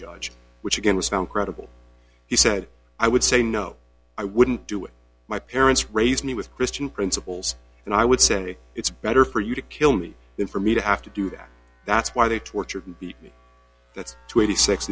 judge which again was found credible he said i would say no i wouldn't do it my parents raised me with christian principles and i would say it's better for you to kill me than for me to have to do that that's why they tortured and be